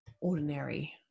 ordinary